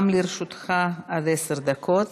גם לרשותך עד עשר דקות.